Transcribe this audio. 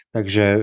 Takže